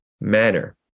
manner